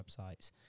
websites